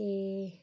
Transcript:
ਅਤੇ